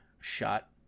shot